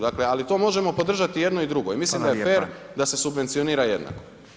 Dakle, ali to možemo podržati i jedno i drugo [[Upadica: Hvala lijep.]] i mislim da je fer da se subvencionira jednako.